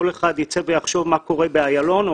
כל אחד ייצא ויחשוב מה קורה באיילון או